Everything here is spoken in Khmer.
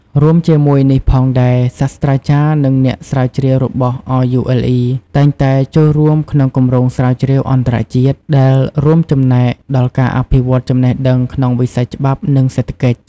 រួមជាមួយនេះផងដែរ សាស្ត្រាចារ្យ និងអ្នកស្រាវជ្រាវរបស់ RULE តែងតែចូលរួមក្នុងគម្រោងស្រាវជ្រាវអន្តរជាតិ ដែលរួមចំណែកដល់ការអភិវឌ្ឍន៍ចំណេះដឹងក្នុងវិស័យច្បាប់ និងសេដ្ឋកិច្ច។